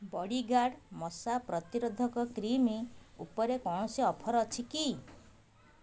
ବଡ଼ି guard ମଶା ପ୍ରତିରୋଧକ cream ଉପରେ କୌଣସି ଅଫର୍ ଅଛି କି